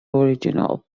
original